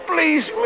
Please